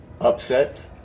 upset